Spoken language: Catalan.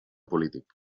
polític